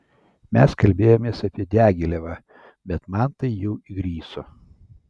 mes kalbėjomės apie diagilevą bet man tai jau įgriso